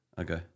Okay